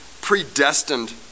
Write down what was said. predestined